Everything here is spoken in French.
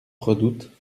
redoute